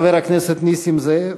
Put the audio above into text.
חבר הכנסת נסים זאב,